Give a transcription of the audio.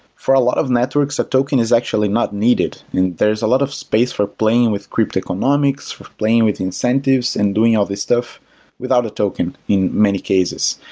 for a lot of networks, a token is actually not needed and there's a lot of space for playing with crypto economics, playing with incentives and doing all these stuff without a token in many cases.